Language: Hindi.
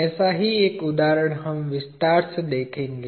ऐसा ही एक उदाहरण हम विस्तार से देखेंगे